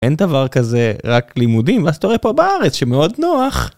אין דבר כזה רק לימודים, מה שאתה רואה פה בארץ שמאוד נוח?